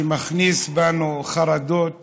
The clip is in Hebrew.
שמכניס בנו חרדות